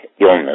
illness